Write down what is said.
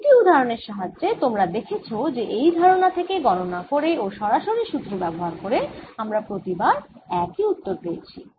তিনটি উদাহরনের সাহায্যে তোমরা দেখেছ যে এই ধারনা থেকে গণনা করে ও সরাসরি সুত্র ব্যাবহার করে আমরা প্রতিবার একই উত্তর পেয়েছি